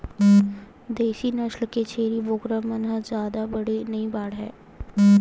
देसी नसल के छेरी बोकरा मन ह जादा बड़े नइ बाड़हय